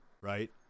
right